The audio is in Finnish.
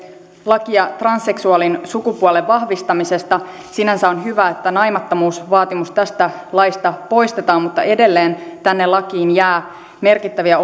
lakia transseksuaalin sukupuolen vahvistamisesta sinänsä on hyvä että naimattomuusvaatimus tästä laista poistetaan mutta edelleen tänne lakiin jää merkittäviä